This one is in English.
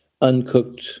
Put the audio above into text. uncooked